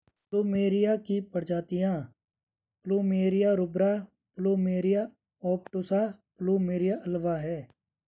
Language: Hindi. प्लूमेरिया की प्रजातियाँ प्लुमेरिया रूब्रा, प्लुमेरिया ओबटुसा, और प्लुमेरिया अल्बा हैं